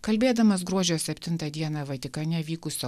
kalbėdamas gruodžio septintą dieną vatikane vykusio